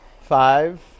Five